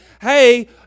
Hey